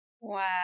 Wow